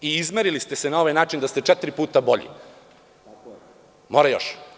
Izmerili ste se na ovaj način da ste četiri puta bolji, ali mora još.